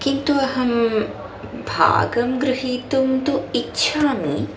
किन्तु अहं भागं गृहीतुं तु इच्छामि